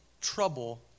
trouble